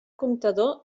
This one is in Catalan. comptador